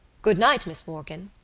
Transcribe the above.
good-night, miss morkan.